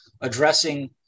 addressing